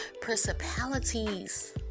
principalities